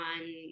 on